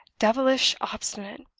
devilish obstinate.